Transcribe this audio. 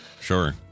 sure